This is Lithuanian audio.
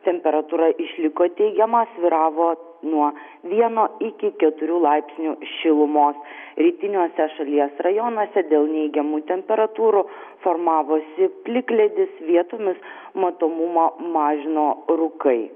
temperatūra išliko teigiama svyravo nuo vieno iki keturių laipsnių šilumos rytiniuose šalies rajonuose dėl neigiamų temperatūrų formavosi plikledis vietomis matomumą mažino rūkai